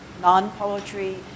non-poetry